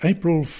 April